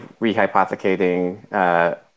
rehypothecating